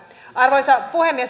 arvoisa puhemies